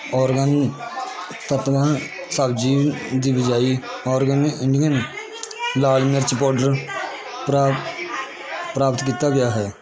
Oregon ਤੱਤਵਾ ਸਬਜੀ ਦੀ ਬਜਾਏ ਓਰਗੈਨਿਕ ਇੰਡੀਅਨ ਲਾਲ ਮਿਰਚ ਪਾਊਡਰ ਪ੍ਰਾਪਤ ਪ੍ਰਾਪਤ ਕੀਤਾ ਗਿਆ ਹੈ